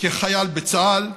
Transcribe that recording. כחייל בצה"ל,